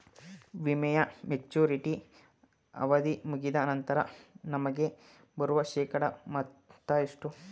ವಿಮೆಯ ಮೆಚುರಿಟಿ ಅವಧಿ ಮುಗಿದ ನಂತರ ನಮಗೆ ಬರುವ ಶೇಕಡಾ ಮೊತ್ತ ಎಷ್ಟು?